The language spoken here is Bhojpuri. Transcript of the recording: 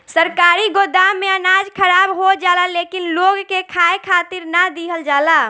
सरकारी गोदाम में अनाज खराब हो जाला लेकिन लोग के खाए खातिर ना दिहल जाला